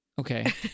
Okay